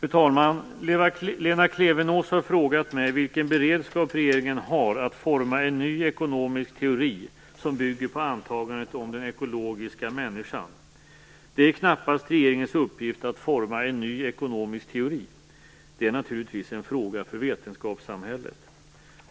Fru talman! Lena Klevenås har frågat mig vilken beredskap regeringen har att forma en ny ekonomisk teori som bygger på antagandet om den "ekologiska människan". Det är knappast regeringens uppgift att forma en ny ekonomisk teori. Det är naturligtvis en fråga för vetenskapssamhället.